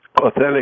authentic